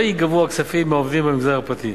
לא ייגבו הכספים מהעובדים במגזר הפרטי.